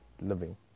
living